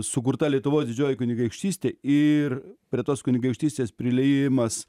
sukurta lietuvos didžioji kunigaikštystė ir prie tos kunigaikštystės priliejimas